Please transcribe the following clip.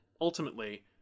Ultimately